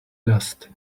dust